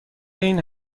این